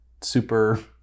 super